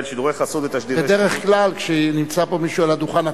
(שידורי חסות ותשדירי שירות) השר ישראל כץ.